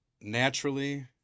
Naturally